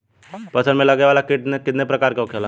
फसल में लगे वाला कीट कितने प्रकार के होखेला?